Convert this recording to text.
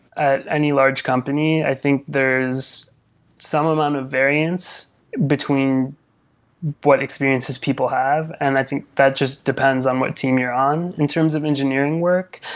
at any large company, i think there is some amount of variance between what experiences people have, and i think that just depends on what team you're on in terms of engineering work.